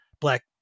Black